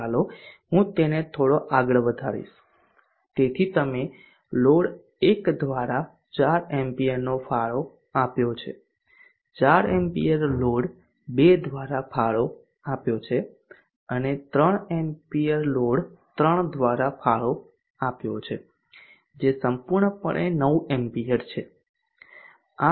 ચાલો હું તેને થોડો આગળ વધારીશ તેથી તમે લોડ 1 દ્વારા 4 એમ્પીયરનો ફાળો આપ્યો છે 4 એમ્પીયર લોડ 2 દ્વારા ફાળો આપ્યો છે અને 3 એમ્પીયર લોડ 3 દ્વારા ફાળો આપ્યો છે જે સંપૂર્ણપણે 9 એમ્પીયર છે